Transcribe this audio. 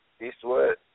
Eastwood